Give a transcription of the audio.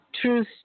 truth